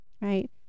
right